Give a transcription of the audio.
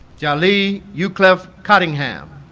jali yeah ucleaf cottingham